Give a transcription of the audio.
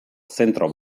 zentro